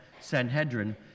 Sanhedrin